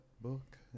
book